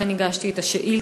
ולכן הגשתי את השאילתה.